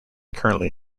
currently